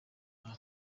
nta